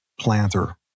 planter